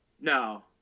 No